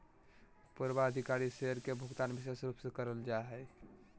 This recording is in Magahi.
पूर्वाधिकारी शेयर के भुगतान विशेष रूप से करल जा हय